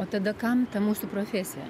o tada kam ta mūsų profesija